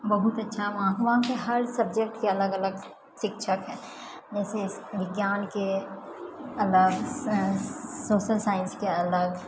बहुत अच्छा वहाँ हुआ हर सब्जेक्टके अलग अलग शिक्षक है जैसे विज्ञानके अलग सोशल साइन्सके अलग